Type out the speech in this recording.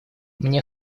мне